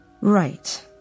Right